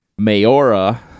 Mayora